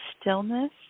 stillness